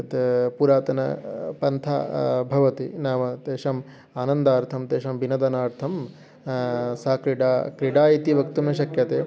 तत् पुरातनं पन्था भवति नाम तेषाम् आनन्दार्थं तेषां बिनदनार्थं सा क्रीडा क्रीडा इति वक्तुं न शक्यते